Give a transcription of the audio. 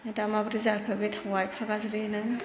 ओमफ्राय दा माब्रै जाखो बे थावआ एफा गाज्रिनो